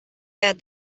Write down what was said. had